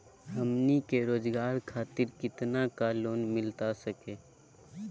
हमनी के रोगजागर खातिर कितना का लोन मिलता सके?